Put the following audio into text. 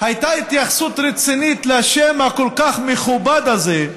הייתה התייחסות רצינית לשם הכל-כך מכובד הזה,